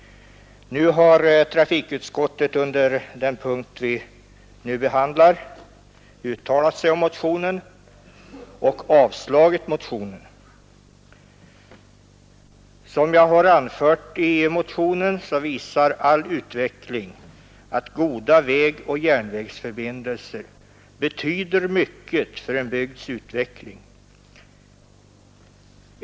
Nu har trafikutskottet under den punkt vi här behandlar uttalat sig om motionen och avstyrkt den. Som jag har anfört i motionen visar all erfarenhet att goda vägoch järnvägsförbindelser betyder mycket för en bygds utveckling.